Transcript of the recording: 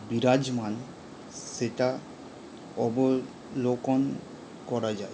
বিরাজমান সেটা অবলোকন করা যায়